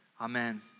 Amen